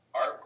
artwork